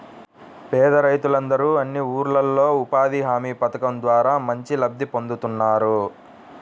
పేద రైతులందరూ అన్ని ఊర్లల్లో ఉపాధి హామీ పథకం ద్వారా మంచి లబ్ధి పొందుతున్నారు